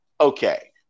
Okay